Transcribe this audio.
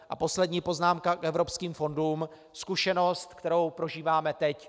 A poslední poznámka k evropským fondům, zkušenost, kterou prožíváme teď.